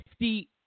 50